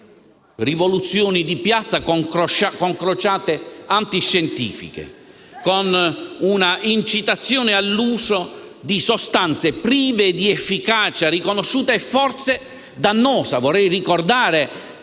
rivoluzioni di piazza con crociate antiscientifiche, con una incitazione all'uso di sostanze prive di efficacia riconosciuta e forse dannose.